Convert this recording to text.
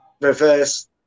reverse